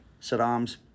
Saddam's